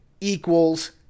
equals